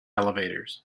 elevators